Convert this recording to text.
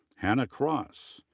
hannah cross,